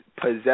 Possess